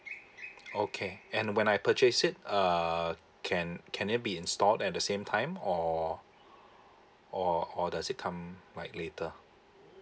okay and when I purchase it uh can can it be installed at the same time or or or does it come um quite later